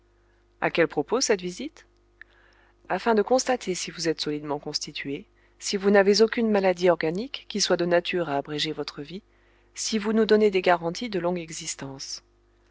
a quel propos cette visite afin de constater si vous êtes solidement constitué si vous n'avez aucune maladie organique qui soit de nature à abréger votre vie si vous nous donnez des garanties de longue existence